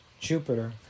Jupiter